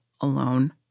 alone